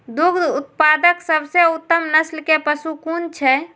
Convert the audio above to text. दुग्ध उत्पादक सबसे उत्तम नस्ल के पशु कुन छै?